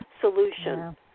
solution